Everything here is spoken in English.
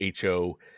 HO